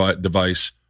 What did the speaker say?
device